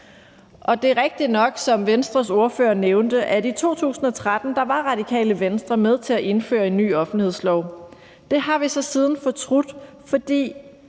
Og det er rigtigt nok, som Venstres ordfører nævnte, at i 2013 var Radikale Venstre med til at indføre en ny offentlighedslov. Det har vi så siden fortrudt, for